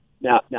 Now